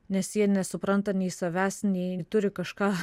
nes jie nesupranta nei savęs nei turi kažką